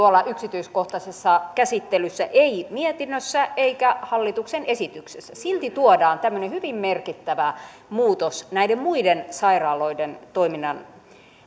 yksityiskohtaisessa käsittelyssä ei mietinnössä eikä hallituksen esityksessä silti tuodaan tämmöinen hyvin merkittävä muutos näiden muiden sairaaloiden toiminnan